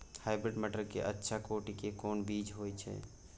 Hybrid मटर के अच्छा कोटि के कोन बीज होय छै?